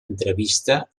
entrevista